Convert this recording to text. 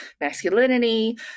masculinity